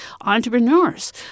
entrepreneurs